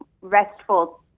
restful